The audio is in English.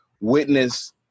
witness